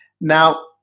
Now